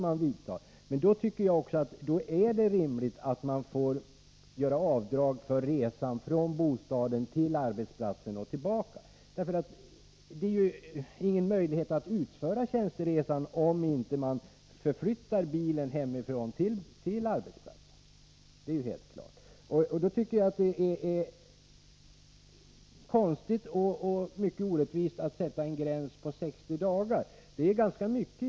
Men i sådana fall är det rimligt att den resande får göra avdrag för färden från bostaden till arbetsplatsen och tillbaka. Det är ju helt klart att man inte har möjlighet att utföra tjänsteresan, om man inte först förflyttar bilen från hemmet till arbetsplatsen. Det är konstigt och mycket orättvist att sätta en gräns vid 60 dagar. Det är ganska mycket.